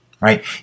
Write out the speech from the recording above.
Right